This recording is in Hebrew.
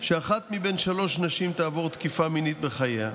שאחת מבין שלוש נשים תעבור תקיפה מינית בחייה,